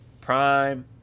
prime